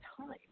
time